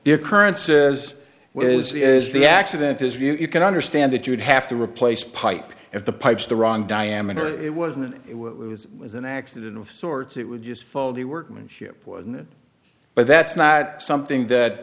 occurrence says is the accident is you can understand that you'd have to replace pipe if the pipes the wrong diameter it wasn't it was was an accident of sorts it would just fold the workmanship wouldn't it but that's not something that